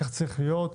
וכך צריך להיות.